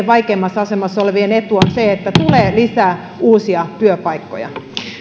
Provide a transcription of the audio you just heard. vaikeimmassa asemassa olevien etu on se että tulee lisää uusia työpaikkoja